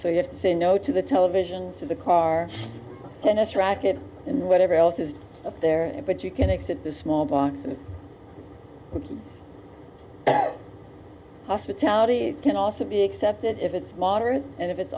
so you have to say no to the television to the car tennis racket and whatever else is there but you can exit the small box and looking at hospitality it can also be accepted if it's moderate and if it's